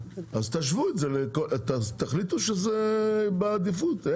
תחליטו שזה בעדיפות.